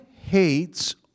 hates